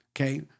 okay